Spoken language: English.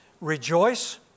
rejoice